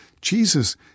Jesus